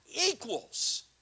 equals